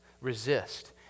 resist